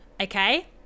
okay